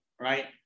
right